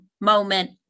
moment